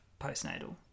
postnatal